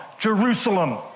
Jerusalem